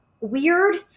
weird